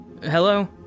Hello